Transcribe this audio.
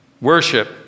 Worship